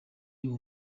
uwo